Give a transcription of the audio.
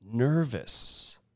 Nervous